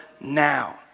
now